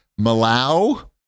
malau